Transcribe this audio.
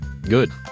Good